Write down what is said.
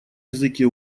языке